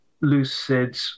lucid